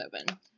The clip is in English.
open